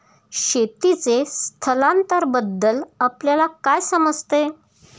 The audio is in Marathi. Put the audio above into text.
शेतीचे स्थलांतरबद्दल आपल्याला काय समजते?